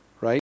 right